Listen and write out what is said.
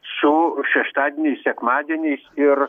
su šeštadieniais sekmadieniais ir